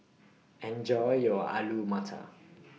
Enjoy your Alu Matar